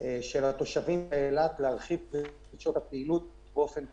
של התושבים באילת להרחיב את שעות הפעילות באופן כזה,